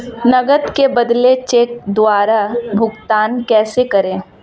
नकद के बदले चेक द्वारा भुगतान कैसे करें?